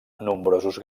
nombrosos